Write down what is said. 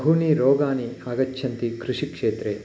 बहूनि रोगाणि आगच्छन्ति कृषिक्षेत्रे